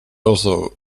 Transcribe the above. also